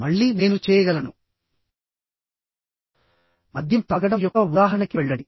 మళ్ళీ నేను చేయగలను మద్యం తాగడం యొక్క ఉదాహరణకి వెళ్ళండి